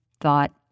thought